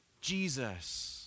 Jesus